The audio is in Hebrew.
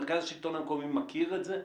מרכז השלטון המקומי מכיר את זה?